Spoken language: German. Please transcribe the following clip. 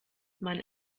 man